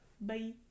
Bye